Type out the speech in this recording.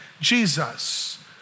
Jesus